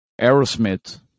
Aerosmith